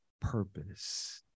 purpose